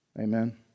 Amen